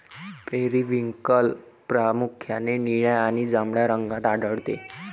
periwinkle प्रामुख्याने निळ्या आणि जांभळ्या रंगात आढळते